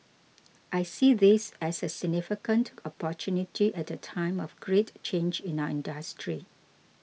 I see this as a significant opportunity at a time of great change in our industry